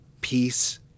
peace